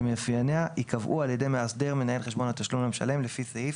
שמאפייניה ייקבעו על ידי מאסדר מנהל חשבון התשלום למשלם לפי סעיף